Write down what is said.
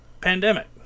pandemic